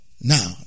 now